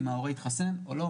אם ההורה התחסן או לא התחסן,